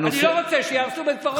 אני לא רוצה שיהרסו בית קברות מוסלמי,